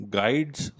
guides